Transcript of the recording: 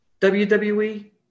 WWE